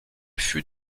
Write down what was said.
fut